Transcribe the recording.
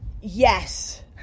Yes